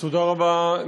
הכנסת דב חנין, בבקשה.